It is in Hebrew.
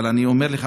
אבל אני אומר לך,